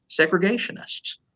segregationists